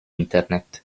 internet